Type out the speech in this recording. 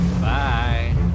Bye